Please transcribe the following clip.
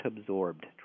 absorbed